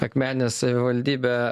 akmenės savivaldybę